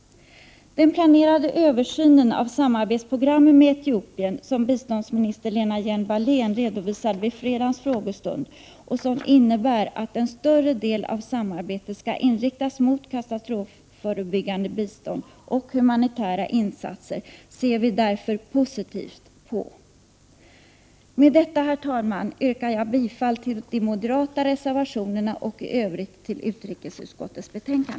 Den planerade översynen av samarbetsprogrammen med Etiopien, som biståndsminister Lena Hjelm-Wallén redovisade vid fredagens frågestund och som innebär att en större del av samarbetet skall inriktas mot katastrofförebyggande bistånd och humanitära insatser, ser vi därför positivt på. Med detta, herr talman, yrkar jag bifall till de moderata reservationerna och i övrigt till utrikesutskottets hemställan.